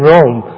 Rome